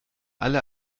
alle